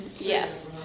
Yes